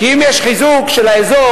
כי אם יש חיזוק של האזור,